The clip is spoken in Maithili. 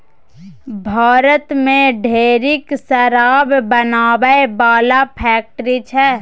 भारत मे ढेरिक शराब बनाबै बला फैक्ट्री छै